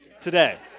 today